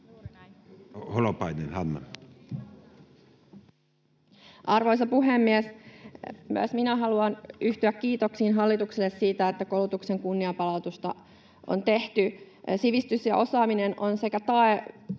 Arvoisa puhemies! Myös minä haluan yhtyä kiitoksiin hallitukselle siitä, että koulutuksen kunnianpalautusta on tehty. Sivistys ja osaaminen on tae